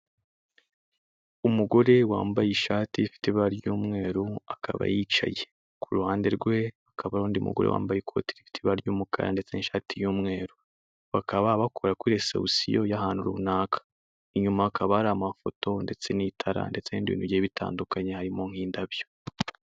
Umugore wambaye ishati ifite ibara ry'mweru akaba yicaye. Ku ruhande rwe hakaba undi mugore wambaye ikoti rifite ibara ry'umukara ndetse n'ishati y'umweru, bakaba bakora kuri resebusiyo y'ahantu runaka. Inyuma hakaba hari amafoto ndetse n'itara ndetse n'ibindi bintu bigiye bitandukanye harimo nk'indabyo.